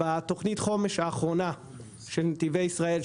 בתוכנית החומש האחרונה של נתיבי ישראל,